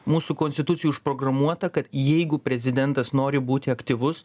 mūsų konstitucijoj užprogramuota kad jeigu prezidentas nori būti aktyvus